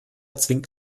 zwingt